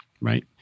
right